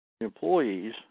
employees